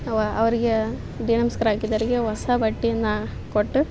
ಅವು ಅವರಿಗೆ ದೀನಮಸ್ಕಾರ ಹಾಕಿದವ್ರಿಗೆ ಹೊಸ ಬಟ್ಟೆಯನ್ನ ಕೊಟ್ಟು